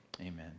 amen